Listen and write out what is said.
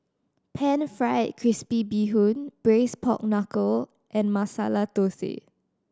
Pan Fried Crispy Bee Hoon Braised Pork Knuckle and Masala Thosai